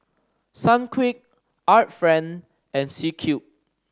Sunquick Art Friend and C Cube